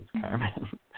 Carmen